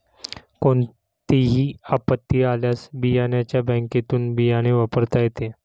कोणतीही आपत्ती आल्यास बियाण्याच्या बँकेतुन बियाणे वापरता येते